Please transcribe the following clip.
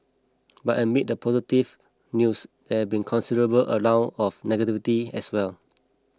but amid the positive news there been considerable amount of negativity as well